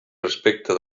respecte